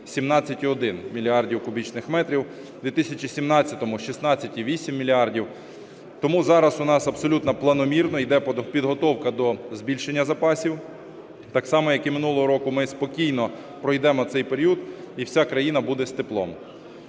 17,1 мільярда кубічних метрів, в 2017-му – 16,8 мільярда. Тому зараз у нас абсолютно планомірна йде підготовка до збільшення запасів, так само як і минулого року, ми спокійно пройдемо цей період, і вся країна буде з теплом.